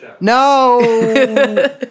No